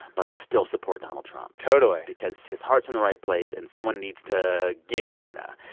but i still support donald trump totally because his heart's in the right place, and someone needs to get china.